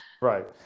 Right